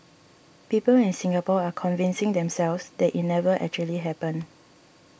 people in Singapore are convincing themselves that it never actually happened